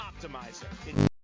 Optimizer